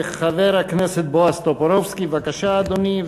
חבר הכנסת בועז טופורובסקי, בבקשה, אדוני.